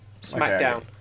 SmackDown